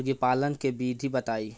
मुर्गीपालन के विधी बताई?